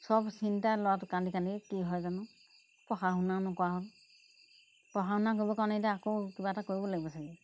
চব চিন্তাই ল'ৰাটো কান্দি কান্দি কি হয় জানো পঢ়া শুনাও নকৰা হ'ল পঢ়া শুনা কৰিবৰ কাৰণে এতিয়া আকৌ কিবা এটা কৰিব লাগিব চাগে